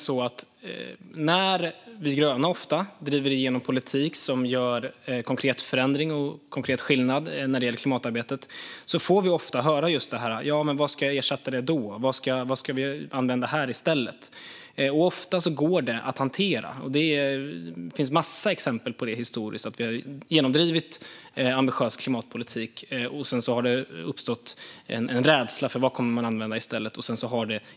Ofta när vi gröna driver igenom politik som innebär konkret förändring och skillnad i klimatarbetet får vi höra frågor om vad som ska användas som ersättning. Dessa problem kan ofta hanteras. Det finns en mängd historiska exempel på att vi har genomdrivit ambitiös klimatpolitik, och sedan har det uppstått en rädsla för vad som kommer att användas i stället.